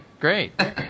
great